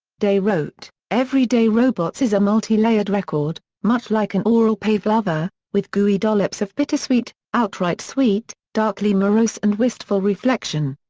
day wrote everyday robots is a multi-layered record, much like an aural pavlova, with gooey dollops of bittersweet, outright sweet, darkly morose and wistful reflection.